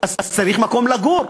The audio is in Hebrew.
אז צריך מקום לגור.